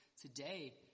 today